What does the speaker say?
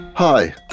Hi